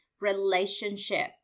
relationship